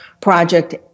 project